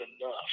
enough